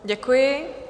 Děkuji.